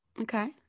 Okay